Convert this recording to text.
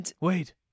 Wait